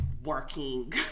working